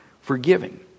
forgiving